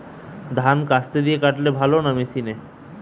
ধান কাস্তে দিয়ে কাটলে ভালো না মেশিনে?